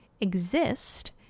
exist